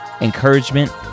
encouragement